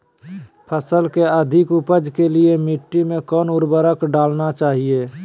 फसल के अधिक उपज के लिए मिट्टी मे कौन उर्वरक डलना चाइए?